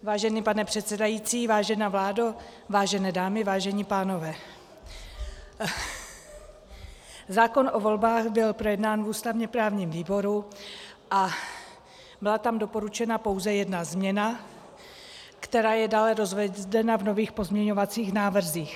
Vážený pane předsedající, vážená vládo, vážené dámy, vážení pánové, zákon o volbách byl projednán v ústavněprávním výboru a byla tam doporučena pouze jedna změna, která je dále rozvedena v nových pozměňovacích návrzích.